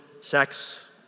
sex